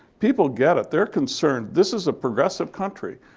people get it. they're concerned. this is a progressive country.